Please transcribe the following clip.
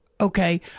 Okay